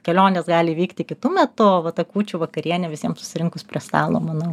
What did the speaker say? kelionės gali vykti kitu metu o va ta kūčių vakarienė visiem susirinkus prie stalo manau